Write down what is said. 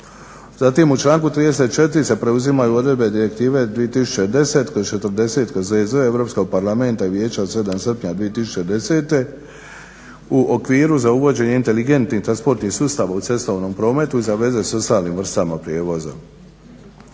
Zatim u članku 34. se preuzimaju odredbe i direktive 2010./40/EZ Europskog parlamenta i Vijeća od 7. srpnja 2010. u okviru za uvođenje inteligentnih transportnih sustava u cestovnom prometu i za veze sa ostalim vrstama prijevoza.